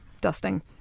dusting